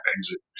exit